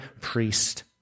priest